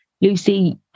Lucy